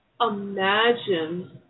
imagine